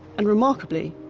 and remarkably,